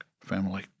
family